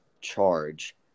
charge